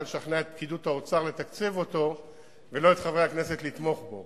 לשכנע את פקידות האוצר לתקצב אותו ולא את חברי הכנסת לתמוך בו.